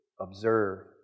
observe